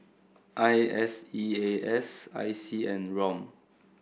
I S E A S I C and ROM